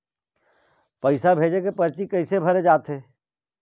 पैसा भेजे के परची कैसे भरे जाथे?